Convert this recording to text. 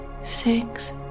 Six